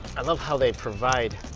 i love how they provide